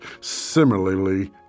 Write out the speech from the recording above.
similarly